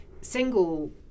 single